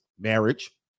Marriage